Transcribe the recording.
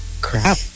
crap